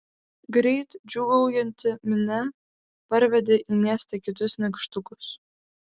greit džiūgaujanti minia parvedė į miestą kitus nykštukus